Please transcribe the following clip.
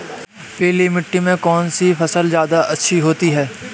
पीली मिट्टी में कौन सी फसल ज्यादा अच्छी होती है?